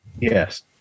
Yes